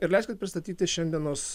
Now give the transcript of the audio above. ir leiskit pristatyti šiandienos